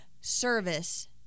service